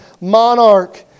monarch